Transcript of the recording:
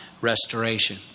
restoration